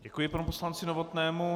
Děkuji panu poslanci Novotnému.